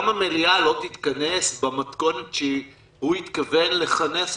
המליאה לא תתכנס במתכונת שהוא התכוון לכנס אותה.